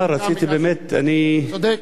צודק,